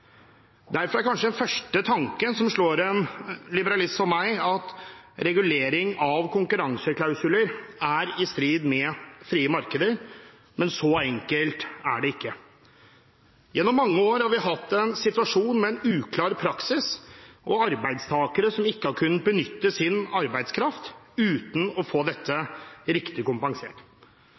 Derfor er kanskje den første tanken som slår en liberalist som meg, at regulering av konkurranseklausuler er i strid med frie markeder, men så enkelt er det ikke. Gjennom mange år har vi hatt en situasjon med en uklar praksis og arbeidstakere som ikke har kunnet benytte sin arbeidskraft uten å få dette riktig kompensert.